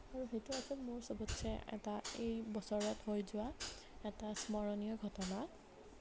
আৰু সেইটো আছিল মোৰ সবতচে এটা এই বছৰত হৈ যোৱা এটা স্মৰণীয় ঘটনা